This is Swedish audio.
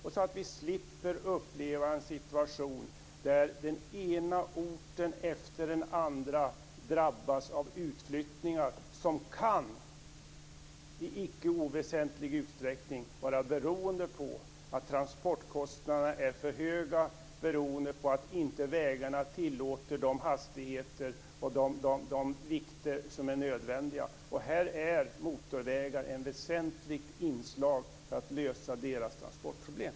Vi vill slippa uppleva en situation där den ena orten efter den andra drabbas av utflyttningar som i icke oväsentlig utsträckning kan bero på att transportkostnaderna är för höga på grund av att vägarnas skick inte tillåter de hastigheter och de vikter som är nödvändiga. Motorvägar är ett väsentligt inslag för att lösa dessa transportproblem.